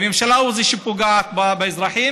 הממשלה היא זאת שפוגעת באזרחים,